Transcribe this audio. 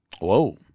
Whoa